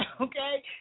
Okay